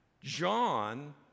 John